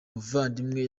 muvandimwe